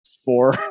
four